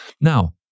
Now